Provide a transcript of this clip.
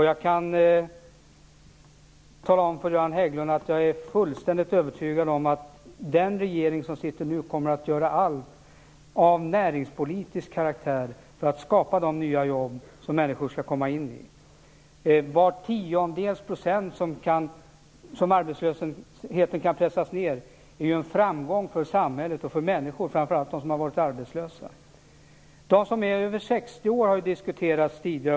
Jag kan tala om för Göran Hägglund att jag är övertygad om att den regering som sitter nu kommer att göra allt av näringspolitisk karaktär för att skapa de nya jobb som människor skall komma in i. Varje tiondels procent som arbetslösheten kan pressas ned är en framgång för samhället och för människor, framför allt för de människor som har varit arbetslösa. De som är över 60 år har diskuterats tidigare.